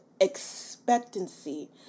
expectancy